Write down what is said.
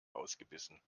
ausgebissen